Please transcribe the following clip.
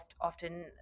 often